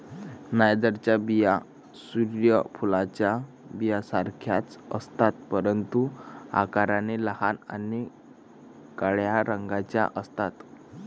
नायजरच्या बिया सूर्य फुलाच्या बियांसारख्याच असतात, परंतु आकाराने लहान आणि काळ्या रंगाच्या असतात